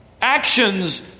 Actions